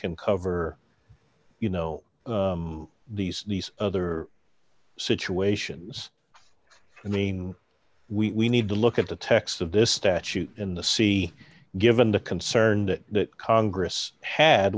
can cover you know these these other situations i mean we need to look at the text of this statute in the see given the concern that congress had